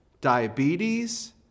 diabetes